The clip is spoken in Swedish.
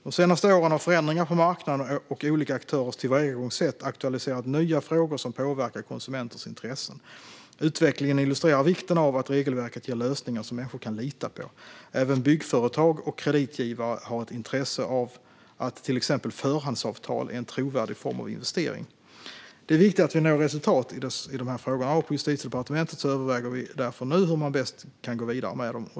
De senaste åren har förändringar på marknaden och olika aktörers tillvägagångssätt aktualiserat nya frågor som påverkar konsumenters intressen. Utvecklingen illustrerar vikten av att regelverket ger lösningar som människor kan lita på. Även byggföretag och kreditgivare har ett intresse av att till exempel förhandsavtal är en trovärdig form av investering. Det är viktigt att vi når resultat i dessa frågor. På Justitiedepartementet överväger vi därför nu hur man bäst kan gå vidare med dem.